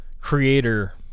creator